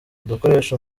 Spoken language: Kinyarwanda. udukoresho